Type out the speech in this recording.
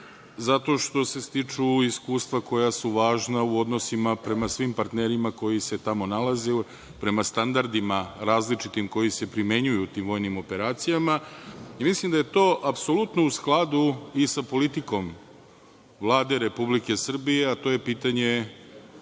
zato što se stiču iskustva koja su važna u odnosima prema svim partnerima koji se tamo nalaze, prema standardima različitim, koji se primenjuju u tim vojnim operacijama. Mislim da je to apsolutno u skladu i sa politikom Vlade Republike Srbije, a to je pitanje